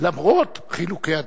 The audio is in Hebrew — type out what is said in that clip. למרות חילוקי הדעות.